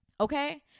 Okay